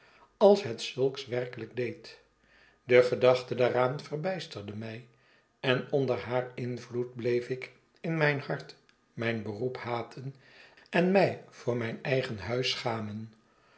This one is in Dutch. als het zulks werkelijk deed de gedachte daaraan verbijsterde mij en onder haar invloed bleef ik in mijn hart mijn beroep haten en my voor mijn eigen huis schamen